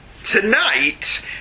Tonight